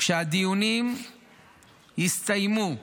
כשהדיונים יסתיימו,